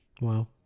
Wow